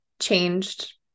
changed